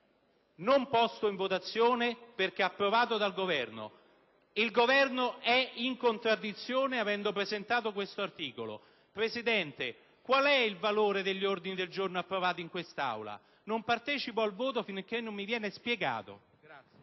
posto in votazione perché accolto dal Governo. Il Governo è in contraddizione, avendo presentato l'articolo 15. Presidente, qual è il valore degli ordini del giorno approvati in Aula? Non parteciperò al voto finché ciò non mi sarà spiegato.